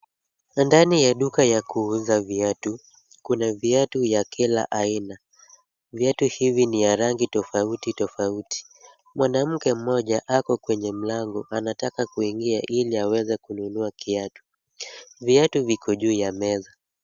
Ndani ya duka ya kuuza viatu, kuna viatu ya kila aina. Viatu hivi ni ya rangi tofauti tofauti. Mwanamke mmoja ako kwenye mlango, anataka kuingia ili aweze kununua kiatu. Viatu viko juu ya meza.